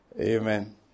Amen